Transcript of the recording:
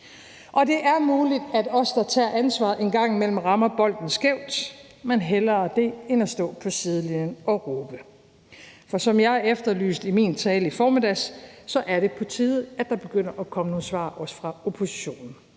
år. Det er muligt, at os, der tager ansvaret, en gang imellem rammer bolden skævt, men hellere det end at stå på sidelinjen og råbe. For som jeg efterlyste i min tale i formiddags, er det på tide, at der begynder at komme nogle svar fra også oppositionen.